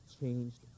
changed